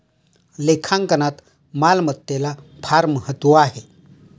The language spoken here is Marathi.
लेखांकनात मालमत्तेला फार महत्त्व आहे